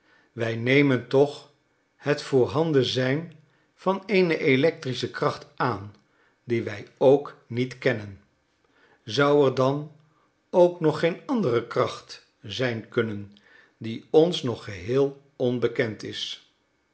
wij nemen toch het voorhanden zijn van eene electrische kracht aan die wij ook niet kennen zou er dan ook nog geen andere kracht zijn kunnen die ons nog geheel onbekend is